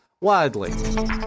widely